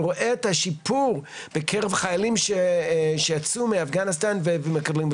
ורואה את השיפור בקרב חיילים שיצאו מאפגניסטן ומקבלים.